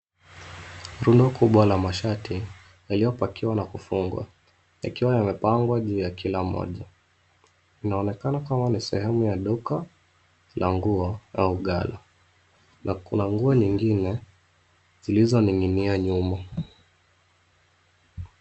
Rundo kubwa la mashati yaliyopakiwa na kufungwa yakiwa yamepangwa juu ya kila moja. Inaonekana kama ni sehemu ya duka la nguo au ghala na kuna nguo nyingine zilizoning'inia nyuma.